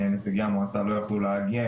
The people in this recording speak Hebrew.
נציגי המועצה לא יכלו להגיע,